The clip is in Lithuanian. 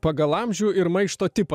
pagal amžių ir maišto tipą